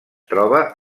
troba